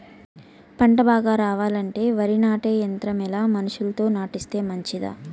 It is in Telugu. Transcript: పంట బాగా రావాలంటే వరి నాటే యంత్రం మేలా మనుషులతో నాటిస్తే మంచిదా?